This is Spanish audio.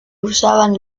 usaban